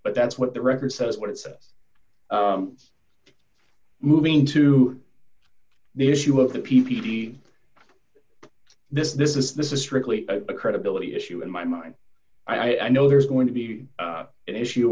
but that's what the record says what it says moving to the issue of the p p p this this is this is strictly a credibility issue in my mind i know there's going to be an issue